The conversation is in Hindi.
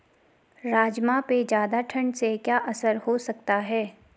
राजमा पे ज़्यादा ठण्ड से क्या असर हो सकता है?